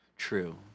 True